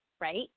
right